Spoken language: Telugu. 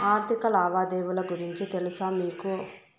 ఆర్థిక లావాదేవీల గురించి తెలుసా మీకు